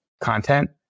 content